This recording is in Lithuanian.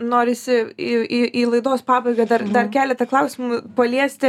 norisi į į į laidos pabaigą dar dar keletą klausimų paliesti